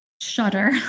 shudder